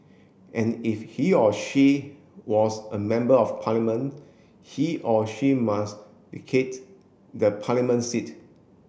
and if he or she was a Member of Parliament he or she must vacate the parliament seat